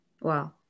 Wow